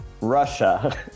Russia